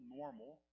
normal